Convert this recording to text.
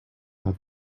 have